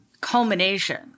culmination